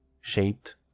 shaped